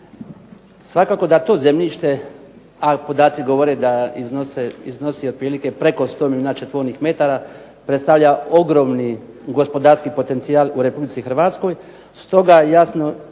Svakako da to zemljište, a podaci govore da iznosi otprilike preko 100 milijuna četvornih metara, predstavlja ogromni gospodarski potencijal u Republici Hrvatskoj.